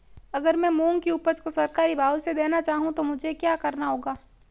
अगर मैं मूंग की उपज को सरकारी भाव से देना चाहूँ तो मुझे क्या करना होगा?